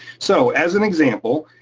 so as an example,